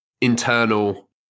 internal